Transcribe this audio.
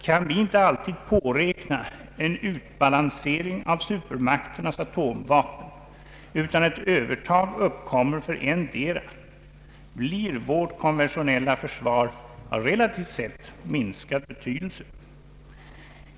Kan vi inte alltid påräkna en utbalansering av supermakternas atomvapen utan ett övertag uppkommer för endera, blir vårt konventionella försvar av relativt sett minskad betydelse.